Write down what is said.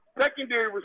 secondary